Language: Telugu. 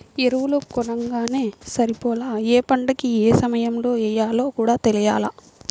ఎరువులు కొనంగానే సరిపోలా, యే పంటకి యే సమయంలో యెయ్యాలో కూడా తెలియాల